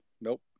nope